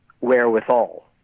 wherewithal